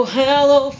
hello